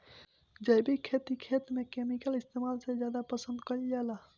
जैविक खेती खेत में केमिकल इस्तेमाल से ज्यादा पसंद कईल जाला